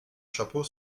chapeau